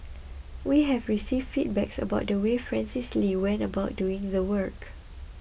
we have received feedbacks about the way Francis Lee went about doing the work